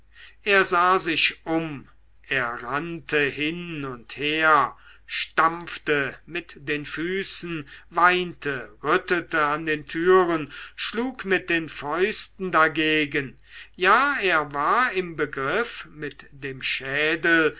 er sah sich um er rannte hin und her stampfte mit den füßen weinte rüttelte an den türen schlug mit den fäusten dagegen ja er war im begriff mit dem schädel